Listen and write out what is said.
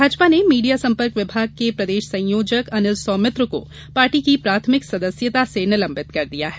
भाजपा ने मीडिया संपर्क विभाग के प्रदेश संयोजक अनिल सौमित्र को पार्टी की प्राथमिक सदस्यता से निलंबित कर दिया है